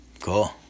Cool